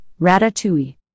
Ratatouille